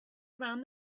around